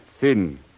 thin